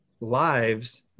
lives